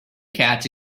catch